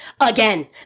again